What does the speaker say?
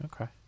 Okay